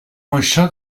moixó